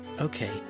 Okay